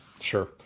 Sure